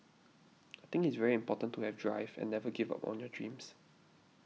I think it's very important to have drive and never give up on your dreams